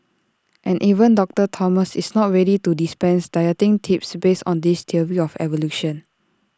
and even doctor Thomas is not ready to dispense dieting tips based on this theory of evolution